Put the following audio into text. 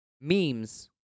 memes